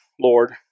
Lord